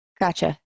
Gotcha